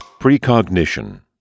Precognition